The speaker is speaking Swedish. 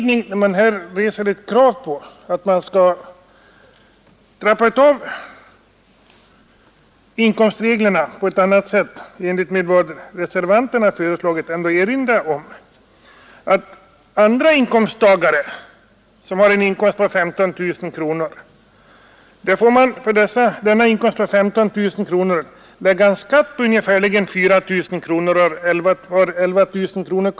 När man här reser krav på att trappa av inkomstreglerna på det sätt som reservanterna föreslagit, finns det anledning erinra om att andra inkomsttagare som har en inkomst på 15 000 kronor får erlägga skatt med ungefär 4 000 kronor och således har kvar 11 000 kronor.